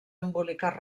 embolicar